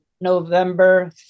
November